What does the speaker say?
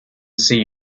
see